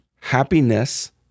happiness